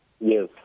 Yes